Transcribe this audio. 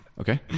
Okay